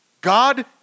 God